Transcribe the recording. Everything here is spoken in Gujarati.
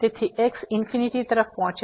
તેથી x ઇન્ફીનીટી તરફ પહોંચે છે